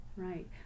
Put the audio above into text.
Right